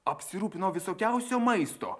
apsirūpino visokiausio maisto